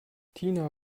tina